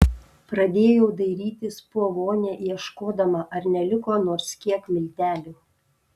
pradėjau dairytis po vonią ieškodama ar neliko nors kiek miltelių